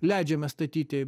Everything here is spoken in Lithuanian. leidžiame statyti